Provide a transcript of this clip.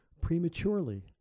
prematurely